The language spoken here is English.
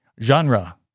Genre